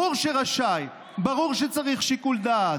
ברור ש"רשאי", ברור שצריך שיקול דעת.